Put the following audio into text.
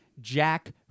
Jack